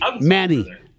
Manny